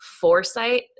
foresight